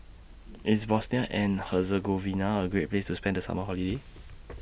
IS Bosnia and Herzegovina A Great Place to spend The Summer Holiday